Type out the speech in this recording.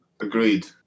Agreed